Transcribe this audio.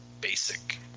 basic